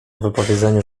wypowiedzeniu